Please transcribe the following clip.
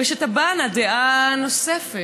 ותבענה דעה נוספת.